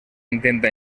intenta